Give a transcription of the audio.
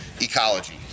ecology